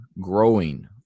growing